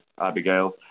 Abigail